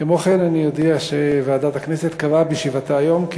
כמו כן אני אודיע שוועדת הכנסת קבעה בישיבתה היום,